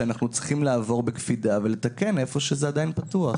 שאנחנו צריכים לעבור עליהם בקפידה ולתקן איפה שזה עדיין פתוח.